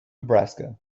nebraska